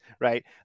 right